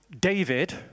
David